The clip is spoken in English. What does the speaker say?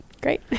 Great